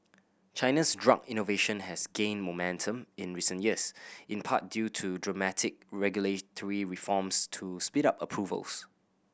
China's drug innovation has gained momentum in recent years in part due to dramatic regulatory reforms to speed up approvals